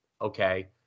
okay